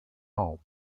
home